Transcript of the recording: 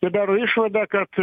ir daro išvadą kad